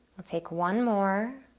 we'll take one more.